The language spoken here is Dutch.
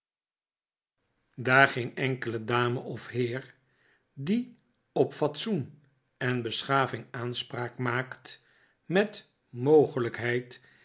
daar geen enkele dame of heer die op fatsoen en beschaving aanspraak maakt met mogelijkheid